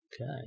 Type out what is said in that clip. Okay